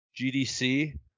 GDC